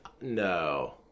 no